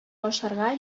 ашарга